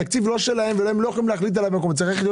התקציב לא שלהם והם לא יכולים להחליט עליו --- צריכה להיות